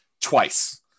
twice